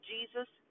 Jesus